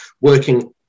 working